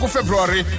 February